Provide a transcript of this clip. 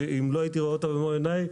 שאם לא הייתי רואה אותה במו עיני,